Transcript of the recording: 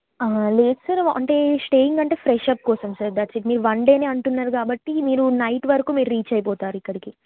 లేదు సార్ అంటే స్టేయింగ్ అంటే ఫ్రెషప్ కోసం సార్ దట్స్ ఇట్ మీరు వన్ డేనే అంటున్నారు కాబట్టి మీరు నైట్ వరకు మీరు రీచ్ అయిపోతారు ఇక్కడికి